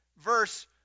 verse